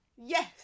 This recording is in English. Yes